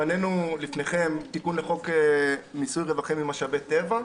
לפניכם תיקון לחוק מיסוי רווחים ממשאבי טבע,